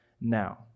now